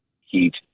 heat